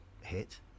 hit